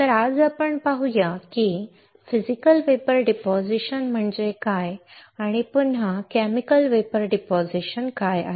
तर आज आपण पाहुया की फिजिकल वेपर डिपॉझिशन म्हणजे काय आणि पुन्हा केमिकल वेपर डिपॉझिशन काय आहेत